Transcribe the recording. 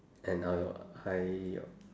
and uh I